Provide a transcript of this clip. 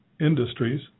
industries